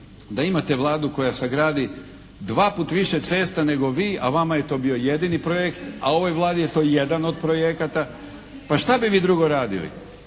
da imate Vladu koja sagradi dvaput više cesta nego vi, a vama je to bio jedini projekt, a ovoj Vladi je to jedan od projekata. Pa šta bi vi drugo radili?